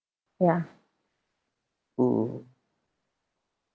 ya oo